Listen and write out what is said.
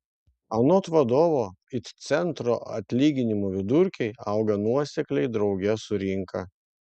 anot vadovo it centro atlyginimų vidurkiai auga nuosekliai drauge su rinka